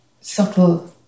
subtle